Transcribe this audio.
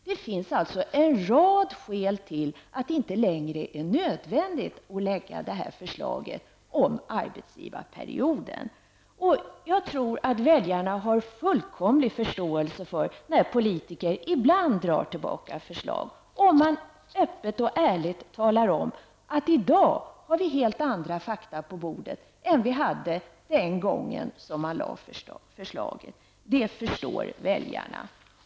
Det finns alltså en rad skäl till att det inte längre är nödvändigt att lägga fram förslag om en arbetsgivarperiod. Jag tror att väljarna har fullkomlig förståelse för att politiker ibland drar tillbaka förslag, om politikerna öppet och ärligt och talar om att de i dag har helt andra fakta på bordet än den gången som förslaget lades fram. Det förstår väljarna.